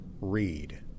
read